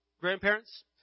grandparents